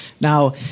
Now